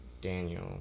Daniel